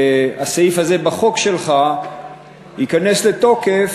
שהסעיף הזה בחוק שלך ייכנס לתוקף,